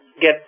get